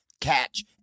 Catch